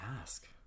ask